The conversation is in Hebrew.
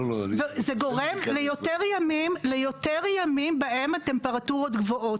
זה גורם ליותר ימים בהם הטמפרטורות גבוהות.